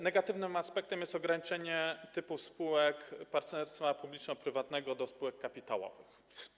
Negatywnym aspektem jest również ograniczenie typów spółek partnerstwa publiczno-prywatnego do spółek kapitałowych.